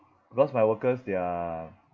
because my workers they are